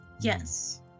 Yes